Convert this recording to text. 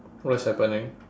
what's happening